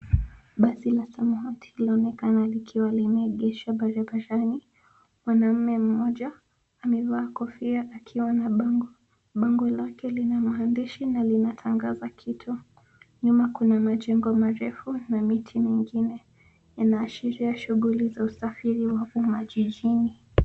Basi la samawati linaonekana likiwa limeegeshwa barabarani. Mwanamume mmoja amevaa kofia akiwa na bango. Bango lake lina maandishi na linatangaza kitu. Nyuma kuna majengo marefu na miti mingi. Inaashiria shughuli za usafiri wa umma jijini.